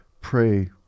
Pray